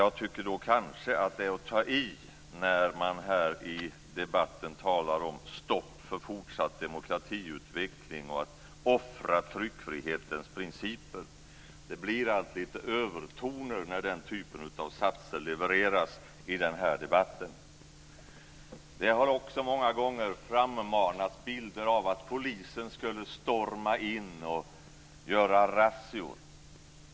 Jag tycker att det kanske är att ta i när man här i debatten talar om stopp för fortsatt demokratiutveckling och att offra tryckfrihetens principer. Det blir alltid litet övertoner när den typen av satser levereras i debatten. Det har också många gånger frammanats bilder av att polisen skulle storma in och göra razzior.